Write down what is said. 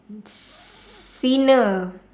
sinner